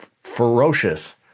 ferocious